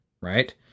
right